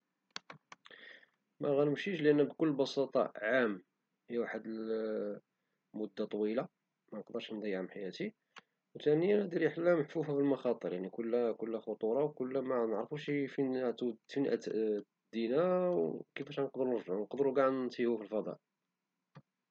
مغنمشيش لأن بكل بساطة لأن عام مدة طويلة ومعنقدرشي نضيعا من حياتي وثانيا هدي رحلة محفوفة بالمخاطر، يعني كلها خطورة ومعنعرفوش فين عتدينا ولا كيفاش عنقدرو نرجعو ونقدرو كاع نتيهو في الفضاء.